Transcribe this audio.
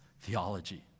theology